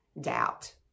doubt